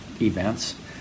events